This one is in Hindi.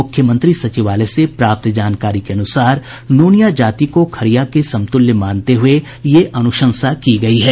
मुख्यमंत्री सचिवालय से प्राप्त जानकारी के अनुसार नोनिया जाति को खरिया के समतुल्य मानते हुये ये अनुशंसा की गयी है